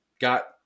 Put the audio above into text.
got